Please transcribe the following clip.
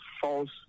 false